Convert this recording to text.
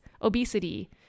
obesity